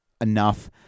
enough